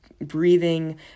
breathing